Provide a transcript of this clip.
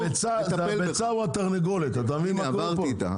זה הביצה, או התרנגולת, אתה מבין מה קורה פה?